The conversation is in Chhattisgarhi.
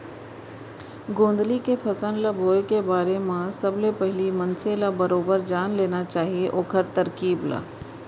गोंदली के फसल ल बोए के बारे म सबले पहिली मनसे ल बरोबर जान लेना चाही ओखर तरकीब ल